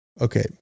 okay